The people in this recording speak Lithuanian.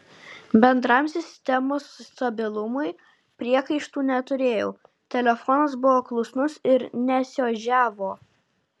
bendram sistemos stabilumui priekaištų neturėjau telefonas buvo klusnus ir nesiožiavo